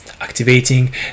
activating